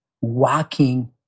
walking